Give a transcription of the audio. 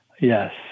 Yes